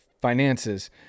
finances